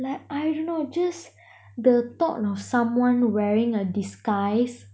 like I dunno just the thought of someone wearing a disguise